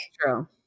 true